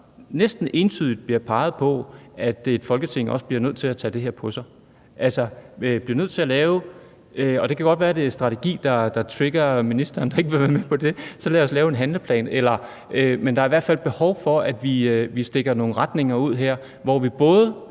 næsten entydigt blev peget på, at et Folketing også bliver nødt til at tage det her på sig. Det kan godt være, at det er det med en strategi, der trigger ministeren, som ikke vil være med på det, men så lad os lave en handleplan. Der er i hvert fald behov for, at vi udstikker nogle retninger her, hvor vi både